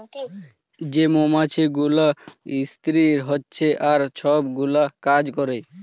যে মমাছি গুলা ইস্তিরি হছে আর ছব গুলা কাজ ক্যরে